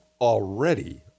already